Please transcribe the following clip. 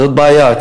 זאת בעיה.